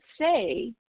say